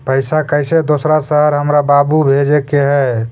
पैसा कैसै दोसर शहर हमरा बाबू भेजे के है?